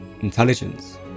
intelligence